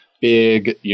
big